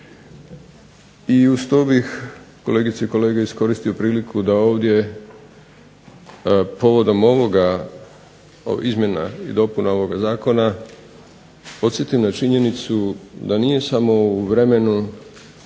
i uz to bih kolegice i kolege iskoristio priliku da ovdje povodom ovih izmjena i dopuna ovog Zakona podsjetim na činjenicu da nije samo u vremenu